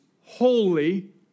holy